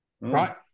right